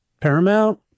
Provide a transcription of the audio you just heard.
paramount